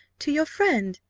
to your friend,